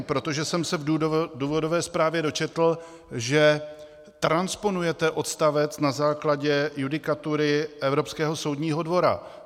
Protože jsem se v důvodové zprávě dočetl, že transponujete odstavec na základě judikatury Evropského soudního dvora.